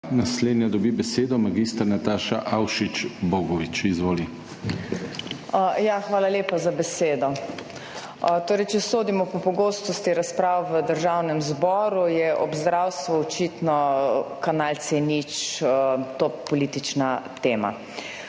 Hvala lepa za besedo. Torej, če sodimo po pogostosti razprav v Državnem zboru je ob zdravstvu očitno Kanal C0 to politična tema.